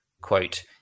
quote